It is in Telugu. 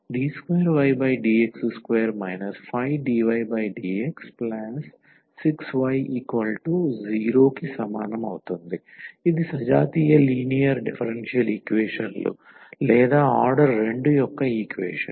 d2ydx2 5dydx6y0 ఇది సజాతీయ లీనియర్ డిఫరెన్షియల్ ఈక్వేషన్ లు లేదా ఆర్డర్ రెండు యొక్క ఈక్వేషన్